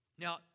Now